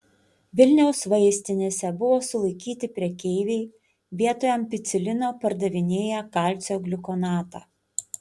vilniaus vaistinėse buvo sulaikyti prekeiviai vietoj ampicilino pardavinėję kalcio gliukonatą